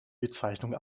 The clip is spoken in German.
bezeichnung